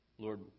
Lord